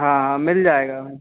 हाँ हाँ मिल जाएगा मैम